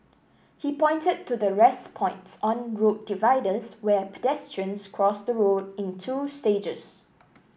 he pointed to the 'rest points' on road dividers where pedestrians cross the road in two stages